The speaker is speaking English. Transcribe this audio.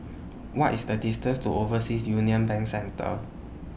What IS The distance to Overseas Union Bank Centre